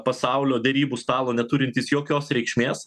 pasaulio derybų stalo neturintys jokios reikšmės